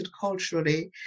culturally